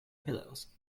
pillows